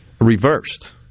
reversed